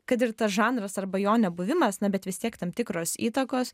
kad ir tas žanras arba jo nebuvimas na bet vis tiek tam tikros įtakos